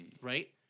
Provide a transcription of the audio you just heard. right